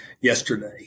yesterday